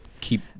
keep